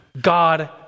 God